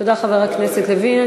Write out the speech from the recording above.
תודה, חבר הכנסת לוין.